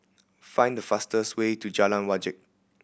find the fastest way to Jalan Wajek